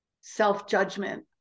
self-judgment